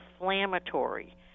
inflammatory